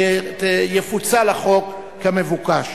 יפוצל החוק כמבוקש.